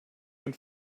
and